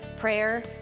prayer